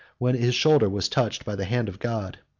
when his shoulder was touched by the hand of god.